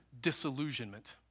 disillusionment